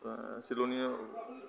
চিলনিও